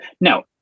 now